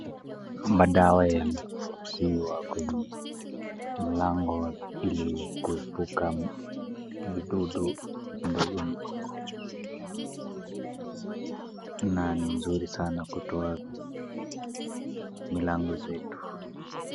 Madawa yanahifadhiwa kwenye mlango hili kuepuka vidudu ambavyo viko na nzuri sana kutoa vidudu mlango zetu.